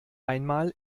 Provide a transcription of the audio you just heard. einmal